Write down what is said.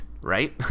right